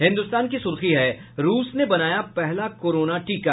हिन्दुस्तान की सुर्खी है रूस ने बनाया पहला कोरोना टीका